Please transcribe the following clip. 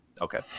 okay